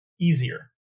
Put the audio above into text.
easier